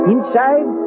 Inside